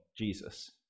Jesus